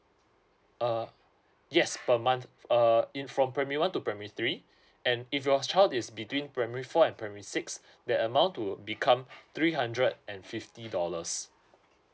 uh yes per month err in from primary one to primary three and if your child is between primary four and primary six that amount will become three hundred and fifty dollars